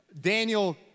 Daniel